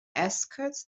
escorts